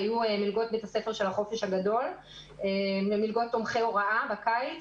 היו מלגות בית הספר של החופש הגדול ומלגות תומכי הוראה בקיץ.